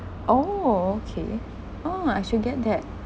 oh okay oh I should get that